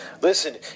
Listen